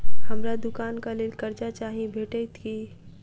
हमरा दुकानक लेल कर्जा चाहि भेटइत की?